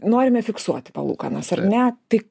norime fiksuoti palūkanas ar ne tai